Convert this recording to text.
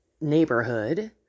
neighborhood